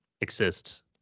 exists